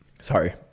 Sorry